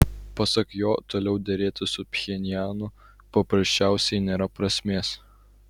pasak jo toliau derėtis su pchenjanu paprasčiausiai nėra prasmės